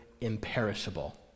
imperishable